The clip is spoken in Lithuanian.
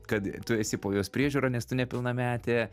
kad tu esi po jos priežiūra nes tu nepilnametė